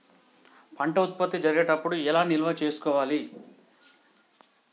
పంట ఉత్పత్తి జరిగేటప్పుడు ఎలా నిల్వ చేసుకోవాలి?